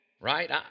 Right